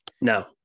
No